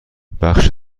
بخش